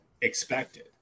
expected